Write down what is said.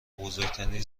بزرگترین